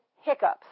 hiccups